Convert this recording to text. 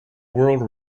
world